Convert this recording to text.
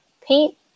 paint